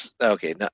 Okay